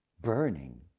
burning